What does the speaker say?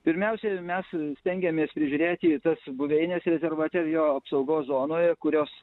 pirmiausia mes stengiamės prižiūrėti tas buveines rezervate jo apsaugos zonoje kurios